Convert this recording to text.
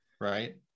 Right